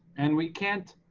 and we can't,